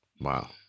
Wow